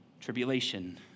tribulation